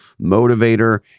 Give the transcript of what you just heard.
motivator